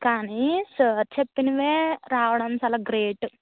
కానీ సార్ చెప్పినవే రావడం చాలా గ్రేట్